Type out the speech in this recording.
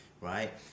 right